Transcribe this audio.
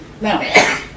now